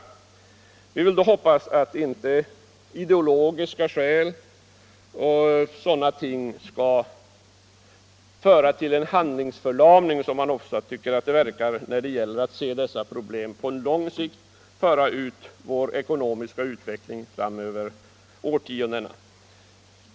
Man vill då hoppas att inte ideologiska skäl skall leda till en handlingsförlamning — vilket man ofta tycker att man har anledning att befara — för vår ekonomiska utveckling under de kommande årtiondena.